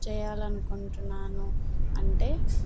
చేయాలనుకుంటున్నానో అంటే